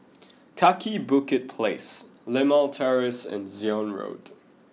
Kaki Bukit Place Limau Terrace and Zion Road